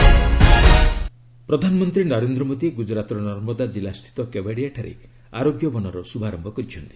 PM Gujarat visit ପ୍ରଧାନମନ୍ତ୍ରୀ ନରେନ୍ଦ୍ର ମୋଦୀ ଗୁଜରାତର ନର୍ମଦା ଜିଲ୍ଲା ସ୍ଥିତ କେବାଡ଼ିଆଠାରେ ଆରୋଗ୍ୟ ବନର ଶୁଭାରମ୍ଭ କରିଛନ୍ତି